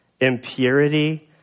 impurity